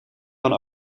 van